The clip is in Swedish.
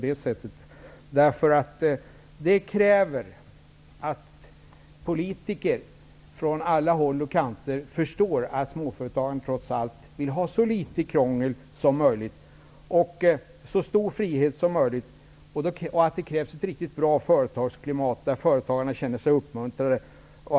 Det kräver att politiker från alla håll och kanter förstår att småföretagarna vill ha så litet krångel som möjligt och så stor frihet som möjligt. Det krävs ett riktigt bra företagsklimat där företagarna känner sig uppmuntrade.